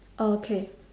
oh okay